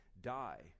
die